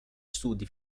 studi